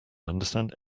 understand